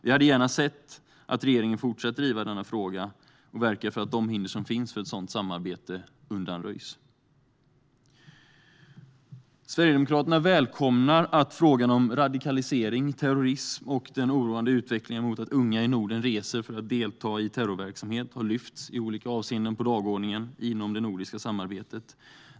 Vi hade gärna sett att regeringen fortsatt att driva denna fråga och verkat för att de hinder som finns för ett sådant samarbete undanröjs. Sverigedemokraterna välkomnar att frågan om radikalisering, terrorism och den oroande utvecklingen mot att unga i Norden reser för att delta i terrorverksamhet i olika avseenden lyfts på dagordningen inom det nordiska samarbetet.